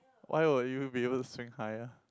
why will you be able to swing higher